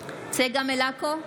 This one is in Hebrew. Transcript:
צגה מלקו,